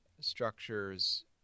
structures